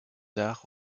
tard